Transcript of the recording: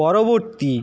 পরবর্তী